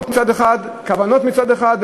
שיש הצהרות מצד אחד וכוונות מצד אחד,